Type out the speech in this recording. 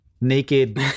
naked